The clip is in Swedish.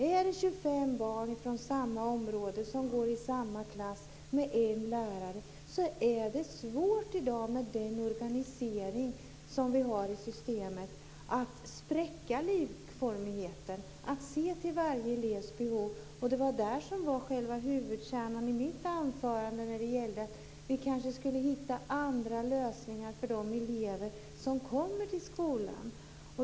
Är det 25 barn från samma område som går i samma klass med en lärare är det svårt i dag, med den organisation vi har i systemet, att spräcka likformigheten, att se till varje elevs behov. Det var det som var själva huvudkärnan i mitt anförande, när det gällde att vi kanske skulle hitta andra lösningar för de elever som kommer till skolan.